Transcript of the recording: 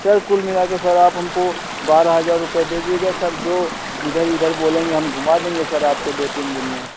sir कुल मिलाकर sir आप हमको बारह हज़ार रुपया दे दीजिएगा सर जो जिधर जिधर बोलेंगे हम घुमा देंगे सर आपको दो तीन दिन में